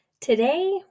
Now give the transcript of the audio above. Today